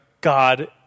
God